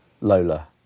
Lola